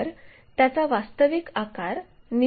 तर त्याचा वास्तविक आकार निश्चित करा